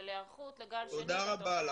של היערכות לגל השני -- תודה רבה.